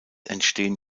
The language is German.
entstehen